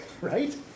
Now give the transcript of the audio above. Right